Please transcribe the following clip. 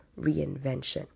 reinvention